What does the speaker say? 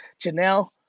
Janelle